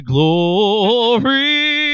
Glory